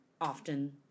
often